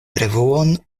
revuon